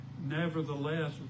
Nevertheless